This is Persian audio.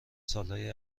سالهای